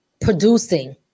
Producing